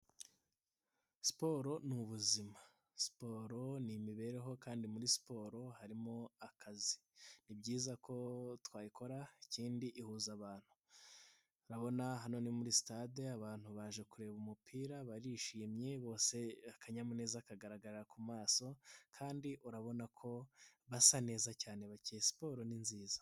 Siporo ni ubuzima. Siporo ni imibereho kandi muri siporo harimo akazi. Ni byiza ko twayikora ikindi ihuza abantu. Urabona hano ni muri stade abantu baje kureba umupira barishimye, bose akanyamuneza kagaragara ku maso kandi urabona ko basa neza cyane bakeye, siporo ni nziza.